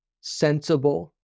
sensible